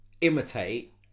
imitate